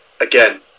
Again